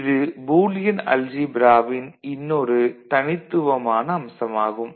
இது பூலியன் அல்ஜீப்ராவின் இன்னொரு தனித்துவமான அம்சமாகும்